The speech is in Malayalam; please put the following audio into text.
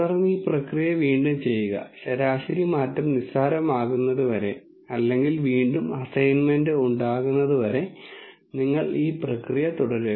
തുടർന്ന് ഈ പ്രക്രിയ വീണ്ടും ചെയ്യുക ശരാശരി മാറ്റം നിസ്സാരമാകുന്നതുവരെ അല്ലെങ്കിൽ വീണ്ടും അസൈൻമെന്റ് ഉണ്ടാകുന്നത് വരെ നിങ്ങൾ ഈ പ്രക്രിയ തുടരുക